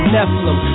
Nephilim